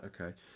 okay